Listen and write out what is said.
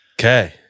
Okay